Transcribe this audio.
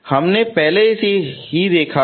हमने पहले से ही देखा है